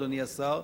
אדוני השר,